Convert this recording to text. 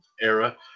era